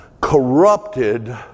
corrupted